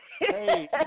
Hey